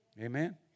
Amen